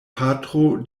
patro